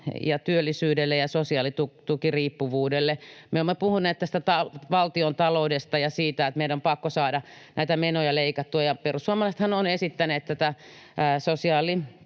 työllisyydelle ja sosiaalitukiriippuvuudelle. Me olemme puhuneet valtiontaloudesta ja siitä, että meidän on pakko saada näitä menoja leikattua. Ja perussuomalaisethan ovat esittäneet sosiaalitukiin